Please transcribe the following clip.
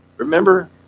Remember